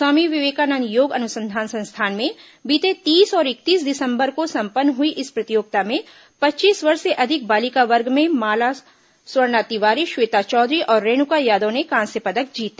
स्वामी विवेकानंद योग अनुसंधान संस्थान में बीते तीस और इकतीस दिसंबर को संपन्न हुई इस प्रतियोगिता में पच्चीस वर्ष से अधिक बालिका वर्ग में माला स्वर्णा तिवारी श्वेता चौधरी और रेणुका यादव ने कांस्य पदक जीता